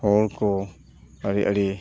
ᱦᱚᱲ ᱠᱚ ᱟᱹᱰᱤ ᱟᱹᱰᱤ